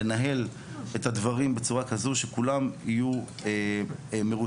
לנהל את הדברים בצורה כזו שכולם יהיו מרוצים,